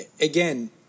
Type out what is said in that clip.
again –